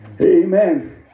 Amen